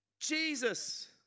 Jesus